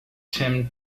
tim